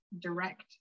direct